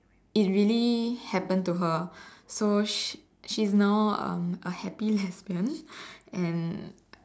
it really happened to her so she she's now um a happy lesbian and